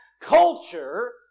culture